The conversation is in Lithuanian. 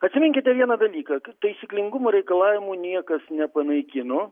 atminkite vieną dalyką taisyklingumo reikalavimų niekas nepanaikino